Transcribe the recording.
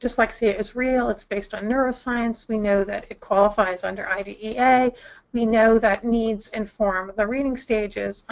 dyslexia is real. it's based on neuroscience. we know that it qualifies under idea. we know that needs inform the reading stages.